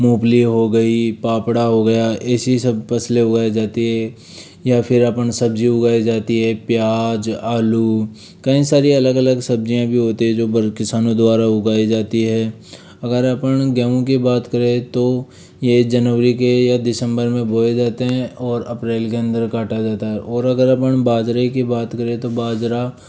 मूंगफली हो गई पापड़ा हो गया ऐसी सब फसलें उगाई जाती हैं या फिर अपन सब्जियों उगाए जाती है प्याज आलू कई सारे अलग अलग सब्ज़ियां भी होते है जो किसानों द्वारा उगाई जाती है अगर अपन गेंहू की बात करें तो यह जनवरी के या दिसम्बर में बोए जाते हैं और अप्रैल के अंदर काटा जाता है और अगर अपण बाजरे की बात करें